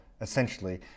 essentially